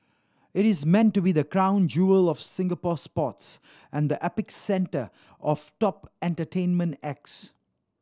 it is meant to be the crown jewel of Singapore sports and the epicentre of top entertainment acts